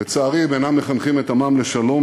לצערי הם אינם מחנכים את עמם לשלום,